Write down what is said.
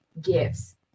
gifts